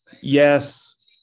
yes